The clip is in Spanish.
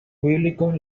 bíblicos